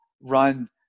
run